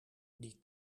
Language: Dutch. die